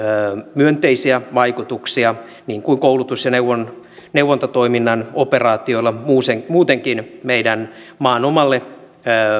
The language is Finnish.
myönteisiä vaikutuksia niin kuin koulutus ja neuvontatoiminnan operaatioilla muutenkin meidän maamme omalle